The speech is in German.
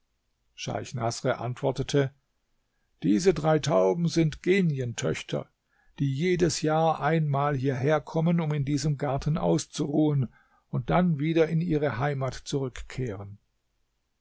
naßr antwortete diese drei tauben sind genientöchter die jedes jahr einmal hierher kommen um in diesem garten auszuruhen und dann wieder in ihre heimat zurückkehren